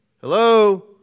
Hello